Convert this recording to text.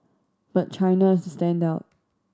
but China is the standout